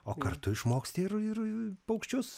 o kartu išmoksti ir ir paukščius